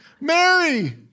Mary